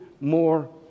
more